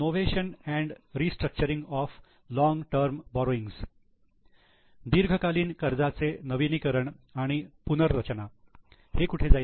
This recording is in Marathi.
novation and restructuring of long term borrowings दीर्घकालीन कर्जाचे नवीनीकरण आणि पुनर्रचना हे कुठे जाईल